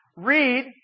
read